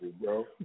bro